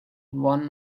one